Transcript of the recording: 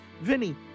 Vinny